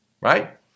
right